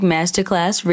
Masterclass